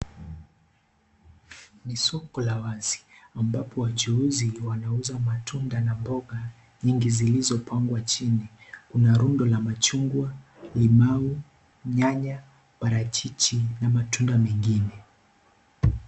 NI soko la wazi ambapo wajuuzi wanauza matunda na mboga nyingi zilizopangwa chini. Kuna rundo la machungwa ,limau ,nyanya, parachichi na matunda mengine.